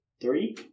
Three